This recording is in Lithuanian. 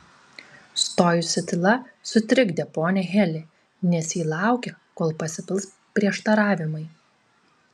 stojusi tyla sutrikdė ponią heli nes ji laukė kol pasipils prieštaravimai